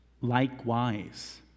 Likewise